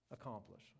accomplish